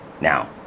Now